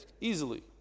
easily